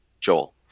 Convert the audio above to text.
joel